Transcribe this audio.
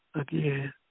Again